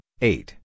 eight